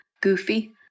goofy